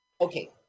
okay